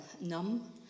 numb